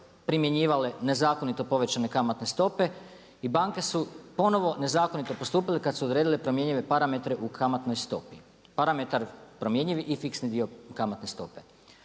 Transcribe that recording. primjenjivale nezakonito povećane kamatne stope i banke su ponovo nezakonito postupile kada su odredile promjenjive parametre u kamatnoj stopi. Parametar promjenjiv i fiksni dio kamatne stope.